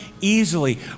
easily